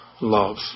love